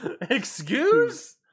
Excuse